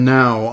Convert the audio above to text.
now